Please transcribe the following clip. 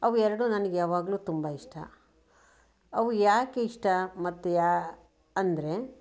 ಅವು ಎರಡು ನನಗೆ ಯಾವಾಗಲೂ ತುಂಬ ಇಷ್ಟ ಅವು ಯಾಕಿಷ್ಟ ಮತ್ತು ಯಾ ಅಂದರೆ